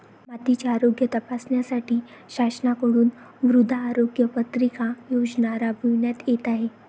मातीचे आरोग्य तपासण्यासाठी शासनाकडून मृदा आरोग्य पत्रिका योजना राबविण्यात येत आहे